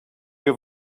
have